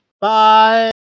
Bye